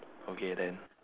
okay then